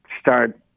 start